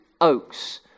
Oaks